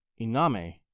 Iname